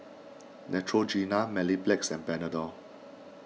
Neutrogena Mepilex and Panadol